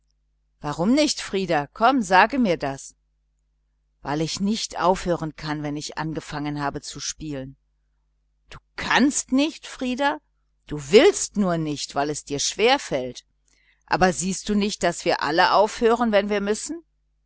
warum nicht frieder komm sage du mir das weil ich nicht aufhören kann wenn ich angefangen habe zu spielen du kannst nicht frieder du willst nur nicht weil es dir schwer fällt aber siehst du nicht daß wir alle aufhören wenn wir müssen